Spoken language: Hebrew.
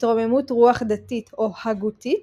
התרוממות רוח דתית או הגותית,